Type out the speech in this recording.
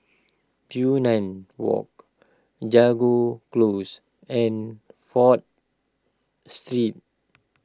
Walk Jago Close and Fourth Street